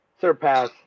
surpass